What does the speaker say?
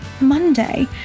Monday